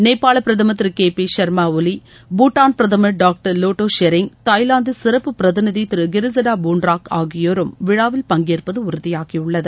நேபாள பிரதமர் திரு கே பி ஷ்மா ஒலி பூட்டான் பிரதமர் டாக்டர் லோட்டே ஷெரிங் தாய்லாந்து சிறப்பு பிரதிநிதி திரு கிரிசடா பூண்ராக் ஆகியோரும் விழாவில் பங்கேற்பது உறுதியாகியுள்ளது